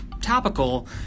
topical